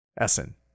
Essen